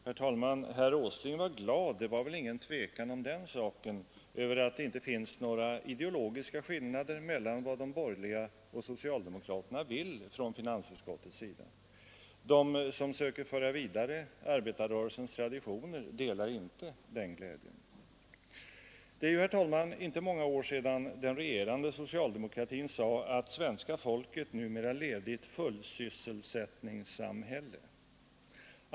Herr talman! Det råder väl inget tvivel om att herr Åsling var glad över att det enligt finansutskottets betänkande inte finns några ideologiska skillnader mellan vad de borgerliga och socialdemokraterna vill. De som försöker föra arbetarrörelsens traditioner vidare delar inte den glädjen. Det är, herr talman, inte många år sedan den regerande socialdemokratin sade, att det svenska folket numera levde i ett fullsysselsättningssamhälle.